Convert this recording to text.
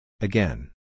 Again